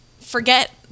forget